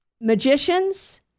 magicians